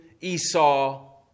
Esau